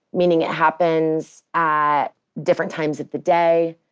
meaning it happens at different times of the day,